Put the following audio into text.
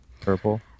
Purple